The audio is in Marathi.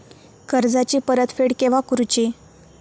कर्जाची परत फेड केव्हा करुची?